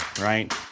right